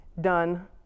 done